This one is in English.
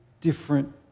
different